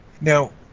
Now